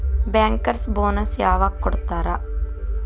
Bankers bonus ಯವಾಗ್ ಕೊಡ್ತಾರ?